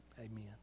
Amen